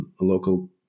local